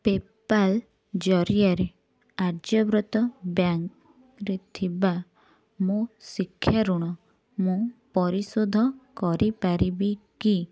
PayPal ଜରିଆରେ ଆର୍ଯ୍ୟବ୍ରତ ବ୍ୟାଙ୍କ୍ରେ ଥିବା ମୋ ଶିକ୍ଷା ଋଣ ମୁଁ ପରିଶୋଧ କରିପାରିବି କି